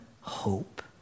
hope